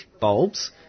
bulbs